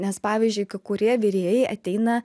nes pavyzdžiui kai kurie virėjai ateina